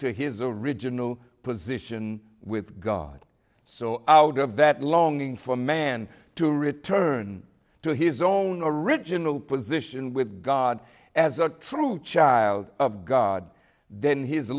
to his original position with god so out of that longing for man to return to his own original position with god as a true child of god then his